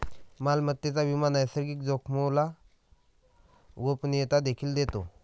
मालमत्तेचा विमा नैसर्गिक जोखामोला गोपनीयता देखील देतो